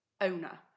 owner